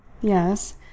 Yes